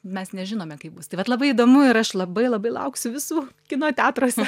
mes nežinome kaip bus tai vat labai įdomu ir aš labai labai lauksiu visų kino teatruose